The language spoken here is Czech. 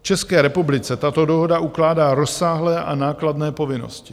České republice tato dohoda ukládá rozsáhlé a nákladné povinnosti.